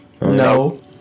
no